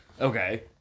Okay